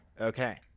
Okay